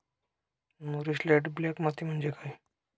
मूरिश light black माती म्हणजे काय?